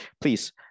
please